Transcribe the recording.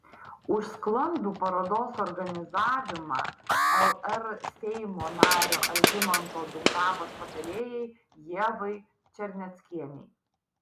už sklandų parodos organizavimą lr seimo nario algimanto dumbravos patarėjai ievai černeckienei